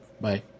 bye